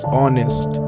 honest